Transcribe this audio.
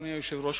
אדוני היושב-ראש,